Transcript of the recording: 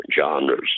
genres